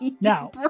Now